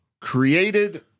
created